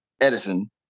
Edison